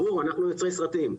ברור, אנחנו יוצרי סרטים.